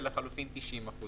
ודאי שההסתייגויות קודם.